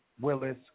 Willis